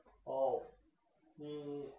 哦你